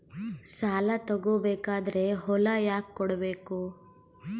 ಸಾಲ ತಗೋ ಬೇಕಾದ್ರೆ ಹೊಲ ಯಾಕ ಕೊಡಬೇಕು?